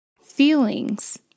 Feelings